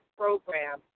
program